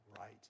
right